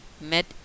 met